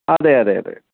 അതെ അതെ അതെ